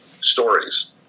stories